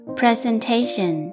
presentation